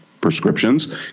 Prescriptions